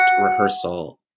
rehearsal